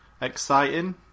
exciting